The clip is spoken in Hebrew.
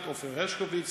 את עופר הרשקוביץ,